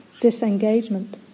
disengagement